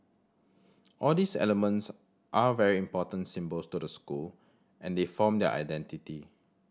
all these elements are very important symbols to the school and they form their identity